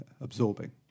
absorbing